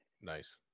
Nice